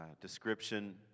description